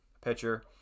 pitcher